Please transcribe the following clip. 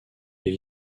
les